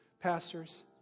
pastors